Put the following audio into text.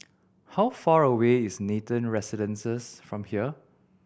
how far away is Nathan Residences from here